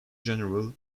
general